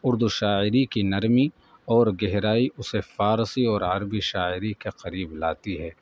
اردو شاعری کی نرمی اور گہرائی اسے فارسی اور عربی شاعری کے قریب لاتی ہے